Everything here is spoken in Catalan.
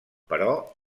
però